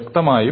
വ്യക്തമായും